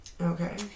Okay